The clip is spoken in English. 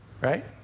right